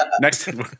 Next